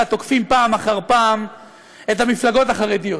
תוקפים פעם אחר פעם את המפלגות החרדיות.